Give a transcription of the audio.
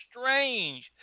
strange